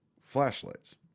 flashlights